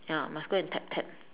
ya must go and tap tap